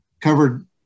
covered